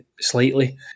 slightly